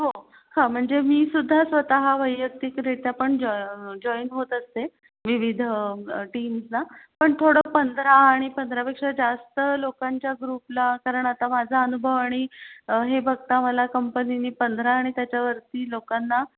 हो हां म्हणजे मीसुद्धा स्वतः हा वैयक्तिकरित्या पण जॉ जॉईन होत असते विविध टीम्सना पण थोडं पंधरा आणि पंधरापेक्षा जास्त लोकांच्या ग्रुपला कारण आता माझा अनुभव आणि हे बघता मला कंपनीने पंधरा आणि त्याच्यावरती लोकांना